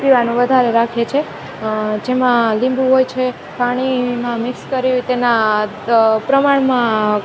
પીવાનું વધારે રાખીએ છે અ જેમાં લીંબુ હોય છે પાણીમાં મિક્સ કરી તેના પ્રમાણમાં